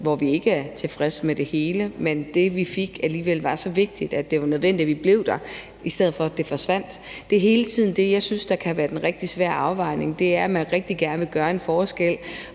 hvor vi ikke er tilfredse med det hele, men hvor det, vi fik, alligevel var så vigtigt, at det var nødvendigt, at vi blev der, så det ikke forsvandt. Det er hele tiden det, som jeg synes kan være en rigtig svær afvejning, nemlig at man rigtig gerne vil gøre en forskel